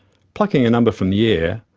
plucking a number from the air,